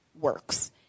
works